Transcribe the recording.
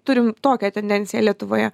turim tokią tendenciją lietuvoje